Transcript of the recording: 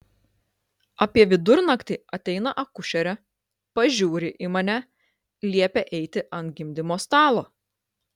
apie vidurnaktį ateina akušerė pažiūri į mane liepia eiti ant gimdymo stalo